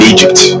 Egypt